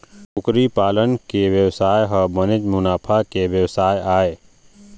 कुकरी पालन के बेवसाय ह बनेच मुनाफा के बेवसाय आय